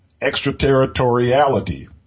extraterritoriality